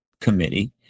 Committee